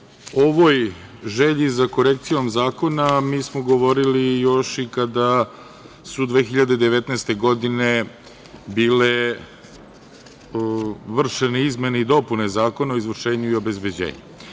ovoj želji za korekcijom zakona mi smo govorili još i kada su 2019. godine bile vršene izmene i dopune Zakona o izvršenju i obezbeđenju.